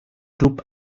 klub